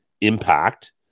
impact